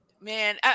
Man